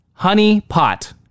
Honeypot